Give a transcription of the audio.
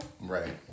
Right